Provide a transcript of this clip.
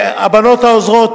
והבנות העוזרות,